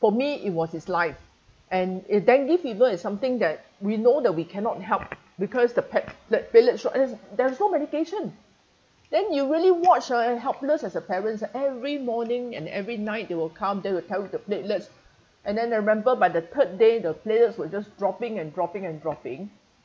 for me it was his life and it dengue fever is something that we know that we cannot help because the pa~ platelets show there's no medication then you really watch ah a helpless as a parents every morning and every night they will come they will tell you the platelets and then I remember by the third day the platelets were just dropping and dropping and dropping